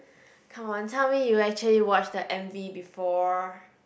come on tell me you actually watch the M_V before